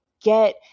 get